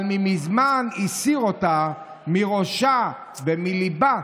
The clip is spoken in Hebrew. אבל מזמן הסיר אותה מראשה ומליבה